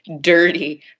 dirty